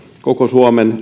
koko suomen